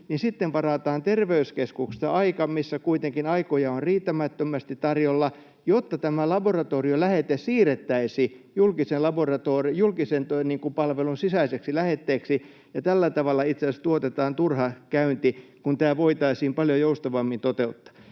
sitten varataan terveyskeskuksesta aika, missä kuitenkin aikoja on riittämättömästi tarjolla, jotta tämä laboratoriolähete siirrettäisiin julkisen palvelun sisäiseksi lähetteeksi, ja tällä tavalla itse asiassa tuotetaan turha käynti, kun tämä voitaisiin paljon joustavammin toteuttaa.